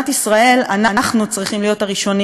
אנחנו צריכים להיות הראשונים לעשות אותה.